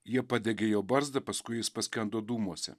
jie padegė jo barzdą paskui jis paskendo dūmuose